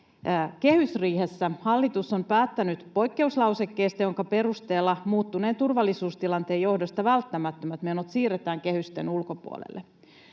kehysriihessä hallitus on päättänyt poikkeuslausekkeesta, jonka perusteella muuttuneen turvallisuustilanteen johdosta välttämättömät menot siirretään kehysten ulkopuolelle.